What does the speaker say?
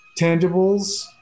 tangibles